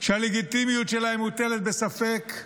שהלגיטימיות שלהם מוטלת בספק,